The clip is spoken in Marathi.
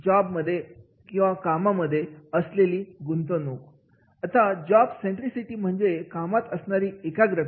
जॉब सेंट्रीसिटी म्हणजे कामात असणारी एकाग्रता